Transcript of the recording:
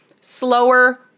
Slower